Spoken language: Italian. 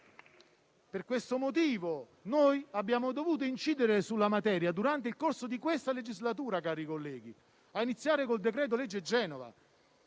Per tale motivo noi abbiamo dovuto incidere sulla materia durante il corso di questa legislatura, cari colleghi, a iniziare con il decreto-legge Genova.